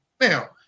now